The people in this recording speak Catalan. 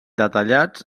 detallats